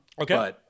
Okay